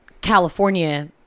California